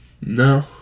No